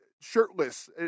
shirtless